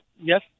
Yes